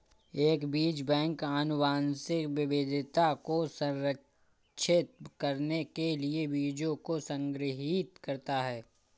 एक बीज बैंक आनुवंशिक विविधता को संरक्षित करने के लिए बीजों को संग्रहीत करता है